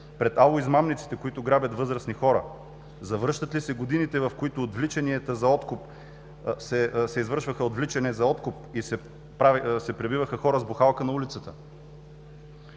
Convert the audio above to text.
пред „ало-измамниците“, които грабят възрастни хора? Завръщат ли се годините, в които се извършваха отвличания за откуп и се пребиваха хора с бухалка на улицата?